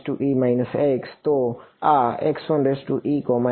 તો આ બરાબર છે